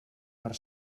per